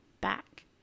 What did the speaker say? back